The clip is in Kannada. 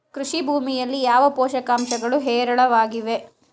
ಕೃಷಿ ಭೂಮಿಯಲ್ಲಿ ಯಾವ ಪೋಷಕಾಂಶಗಳು ಹೇರಳವಾಗಿವೆ?